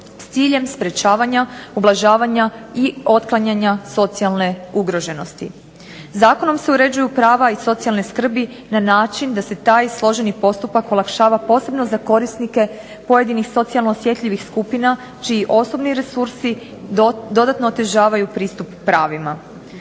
s ciljem sprečavanja, ublažavanja i otklanjanja socijalne ugroženosti. Zakonom se uređuju prava iz socijalne skrbi na način da se taj složeni postupak olakšava posebno za korisnike pojedinih socijalno osjetljivih skupina čiji osobni resursi dodatno otežavaju pristup pravima.